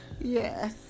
Yes